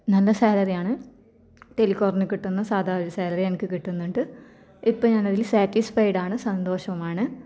നല്ല സാലറി ആണ് ടെലികോളറിന് കിട്ടുന്ന സാദാ ഒരു സാലറി എനിക്ക് കിട്ടുന്നുണ്ട് ഇപ്പം ഞാനതിൽ സാറ്റിസ്ഫൈഡ് ആണ് സന്തോഷവുമാണ്